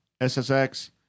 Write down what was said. SSX